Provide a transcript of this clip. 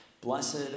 Blessed